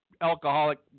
alcoholic